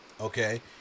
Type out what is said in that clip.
Okay